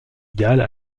galles